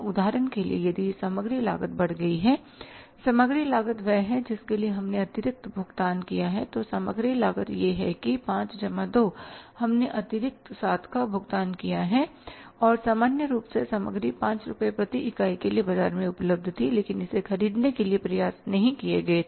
उदाहरण के लिए यदि यह सामग्री लागत बढ़ गई है सामग्री लागत वह है जिसके लिए हमने अतिरिक्त भुगतान किया है तो सामग्री लागत यह है कि 5 जमा 2 हमने अतिरिक्त 7 का भुगतान किया है और सामान्य रूप से सामग्री 5 रुपये प्रति इकाई के लिए बाजार में उपलब्ध थी लेकिन इसे खरीदने के लिए प्रयास नहीं किए गए थे